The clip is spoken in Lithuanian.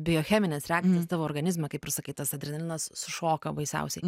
biochemines reakcijas tavo organizme kaip ir sakai tas adrenalinas sušoka baisiausiai